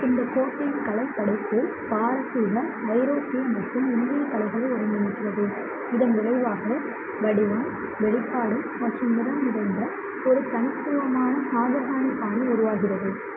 இந்த கோட்டையின் கலைப்படைப்பு பாரசீக ஐரோப்பிய மற்றும் இந்திய கலைகளை ஒருங்கிணைக்கிறது இதன் விளைவாக வடிவம் வெளிப்பாடு மற்றும் நிறம் நிறைந்த ஒரு தனித்துவமான ஷாஜஹானி பாணி உருவாகிறது